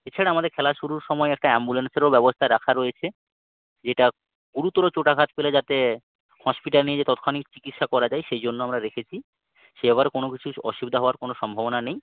এছাড়া আমাদের খেলা শুরুর সময়ে একটা অ্যাম্বুলেন্সেরও ব্যবস্থা রাখা রয়েছে যেটা গুরুতর চোট আঘাত পেলে যাতে হসপিটালে নিয়ে যেয়ে তাৎক্ষণিক চিকিৎসা করা যায় সেই জন্য আমরা রেখেছি সে আবার কোনো কিছু অসুবিধা হওয়ার কোনো সম্ভাবনা নেই